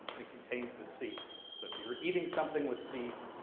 and it contains the seed. so if you're eating something with seeds,